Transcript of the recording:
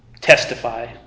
Testify